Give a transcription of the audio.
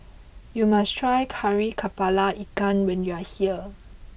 you must try Kari Kepala Ikan when you are here